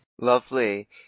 Lovely